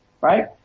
Right